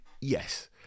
yes